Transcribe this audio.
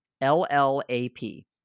L-L-A-P